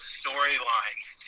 storylines